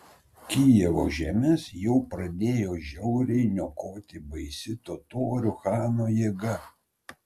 kijevo žemes jau pradėjo žiauriai niokoti baisi totorių chano jėga